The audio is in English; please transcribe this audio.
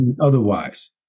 otherwise